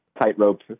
tightrope